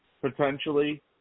potentially